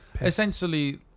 Essentially